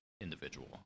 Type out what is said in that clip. individual